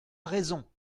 raison